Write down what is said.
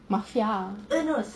mafia